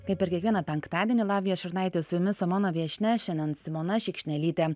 kaip ir kiekvieną penktadienį lavija šurnaitė su jumis o mano viešnia šiandien simona šikšnelytė